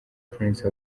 prince